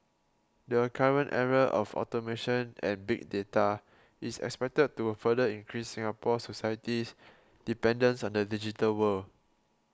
the current era of automation and big data is expected to further increase Singapore society's dependence on the digital world